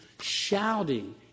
shouting